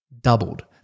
Doubled